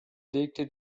legte